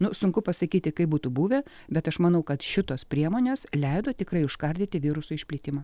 nu sunku pasakyti kaip būtų buvę bet aš manau kad šitos priemonės leido tikrai užkardyti viruso išplitimą